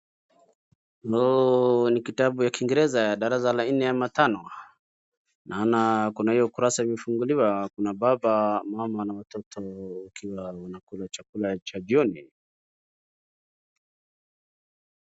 Huu ni kitabu ya kingereza darasa la nne ama tano. Naona kuna hiyo ukurasa imefunguliwa, kuna baba, mama, na watoto wakiwa wanakula chakula cha jioni